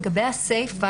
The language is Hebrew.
לגבי הסיפא,